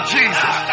Jesus